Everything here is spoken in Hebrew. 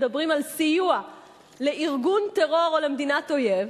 ואחד מהם מדבר על סיוע לארגון טרור או למדינת אויב,